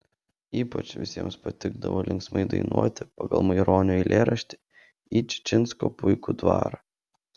ypač visiems patikdavo linksmai dainuoti pagal maironio eilėraštį į čičinsko puikų dvarą